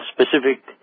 specific